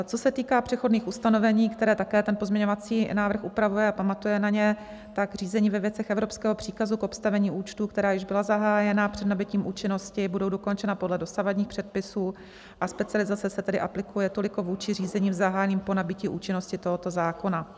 Co se týká přechodných ustanovení, která také pozměňovací návrh upravuje a pamatuje na ně, řízení ve věcech evropského příkazu k obstavení účtu, která již byla zahájena před nabytím účinnosti, budou dokončena podle dosavadních předpisů, a specializace se tedy aplikuje toliko vůči řízením, zahájeným po nabytí účinnosti tohoto zákona.